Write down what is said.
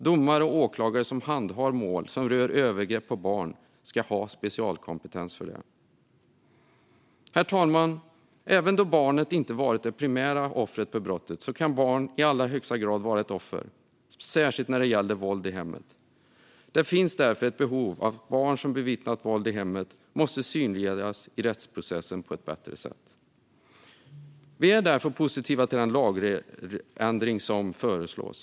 Domare och åklagare som handhar mål som rör övergrepp på barn ska ha specialkompetens för det. Herr talman! Även då barnet inte har varit det primära offret för brottet kan barnet i allra högsta grad vara ett offer, särskilt när det gäller våld i hemmet. Det finns därför ett behov av att barn som bevittnat våld i hemmet synliggörs bättre i rättsprocessen. Vi är därför positiva till den lagändring som föreslås.